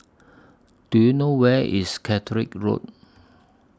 Do YOU know Where IS Caterick Road